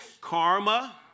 Karma